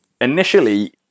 initially